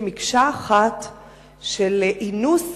אינוס